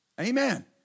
Amen